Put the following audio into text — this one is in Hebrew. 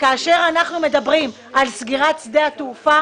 כאשר אנחנו מדברים על סגירת שדה התעופה,